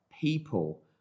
people